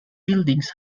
buildings